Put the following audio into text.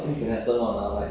yourself lah